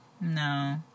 No